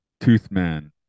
Toothman